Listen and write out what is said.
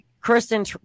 Kristen